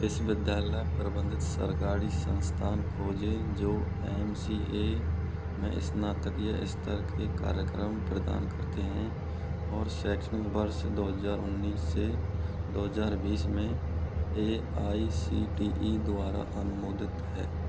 विश्वविद्यालय प्रबंधित सरकारी संस्थान खोजें जो एम सी ए में स्नातकीय स्तर के कार्यक्रम प्रदान करते हैं और शैक्षणिक वर्ष दो हज़ार उन्नीस से दो हज़ार बीस में A I C T E द्वारा अनुमोदित हैं